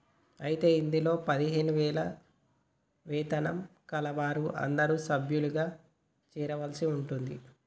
అయితే ఇందులో పదిహేను వేల వేతనం కలవారు అందరూ సభ్యులుగా చేరవలసి ఉంటుంది